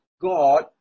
God